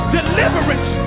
Deliverance